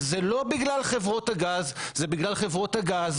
וזה לא בגלל חברות הגז זה גם בגלל חברות הגז